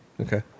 Okay